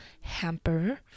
hamper